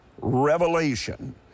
revelation